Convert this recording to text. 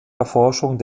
erforschung